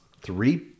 three